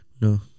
No